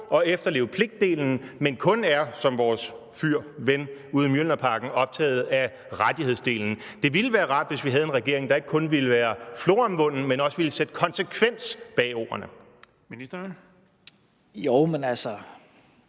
og efterleve pligtdelen, men kun – som vores ven ude i Mjølnerparken – er optaget af rettighedsdelen. Det ville være rart, hvis vi havde en regering, der ikke kun ville være floromvunden, men også ville sætte konsekvens bag ordene. Kl. 20:00 Den fg.